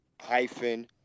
hyphen